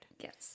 Yes